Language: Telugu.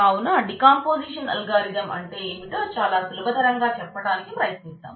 కావున డీకంపోజిషన్ అల్గారిథం అంటే ఏమిటో చాలా సులభతరంగా చెప్పటానికి ప్రయత్నిద్దాం